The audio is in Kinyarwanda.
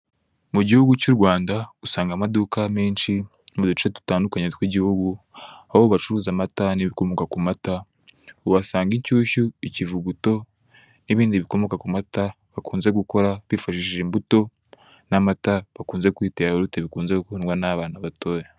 Mu gihugu cy'u Rwanda, usanga amaduka menshi mu duce dutandukanye tw'igihugu, aho bacuruza amata n'ibikomoka ku mata uhasanga: inshyushyu, ikivuguto n'ibindi bikomoka ku mata bakunze gukora bifashishije imbuto, n'amata bakunze kwita yawurute, bikunze gukundwa n'abana batoya.